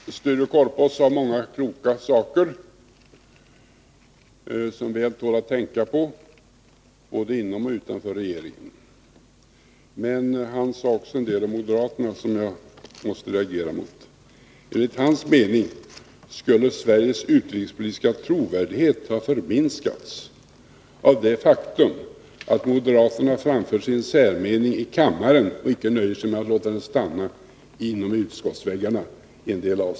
Herr talman! Sture Korpås sade många kloka saker, som väl tål att tänka på, både inom och utanför regeringen. Men han sade också en del om moderaterna som jag måste reagera mot. Enligt hans mening skulle Sveriges utrikespolitiska trovärdighet ha förminskats av det faktum att moderaterna framför sin särmening i kammaren och inte nöjer sig med att låta den stanna inom utskottets väggar.